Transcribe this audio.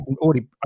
already